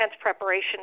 preparation